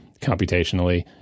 computationally